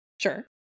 Sure